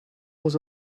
was